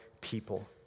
people